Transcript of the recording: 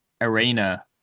arena